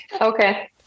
Okay